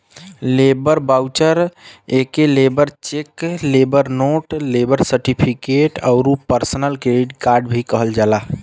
labour voucher एके labour cheque, labour note, labour certificate आउर personal credit भी कहल जाला